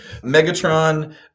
Megatron